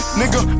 nigga